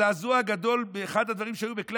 הזעזוע הגדול באחד הדברים שהיו בכלי